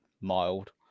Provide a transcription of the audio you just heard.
mild